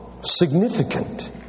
significant